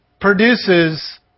produces